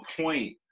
point